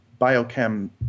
biochem